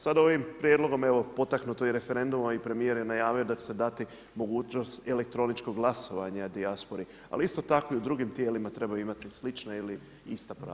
Sada ovim prijedlogom evo potaknuto je i referenduma i premijer je najavio da će se dati mogućnost elektroničkog glasovanja dijaspori ali isto tako i u drugim tijelima trebaju imati slična ili ista prava.